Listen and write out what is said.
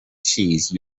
cheese